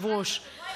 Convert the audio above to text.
דיברת,